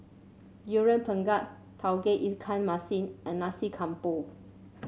Durian Pengat Tauge Ikan Masin and Nasi Campur